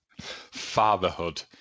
Fatherhood